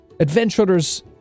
Adventurers